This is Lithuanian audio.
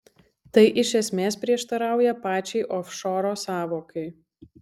tai iš esmės prieštarauja pačiai ofšoro sąvokai